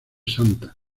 sta